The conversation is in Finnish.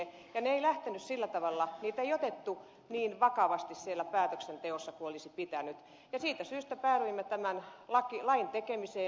ne eivät lähteneet liikkeelle sillä tavalla niitä ei otettu niin vakavasti siellä päätöksenteossa kuin olisi pitänyt ja siitä syystä päädyimme tämän lain tekemiseen